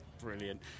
Brilliant